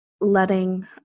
letting